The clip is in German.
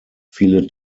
viele